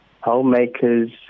Homemakers